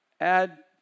add